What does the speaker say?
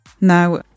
Now